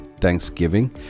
thanksgiving